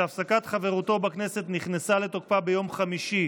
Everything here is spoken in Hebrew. שהפסקת חברותו בכנסת נכנסה לתוקפה ביום חמישי,